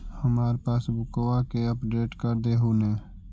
हमार पासबुकवा के अपडेट कर देहु ने?